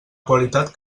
qualitat